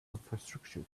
infrastructure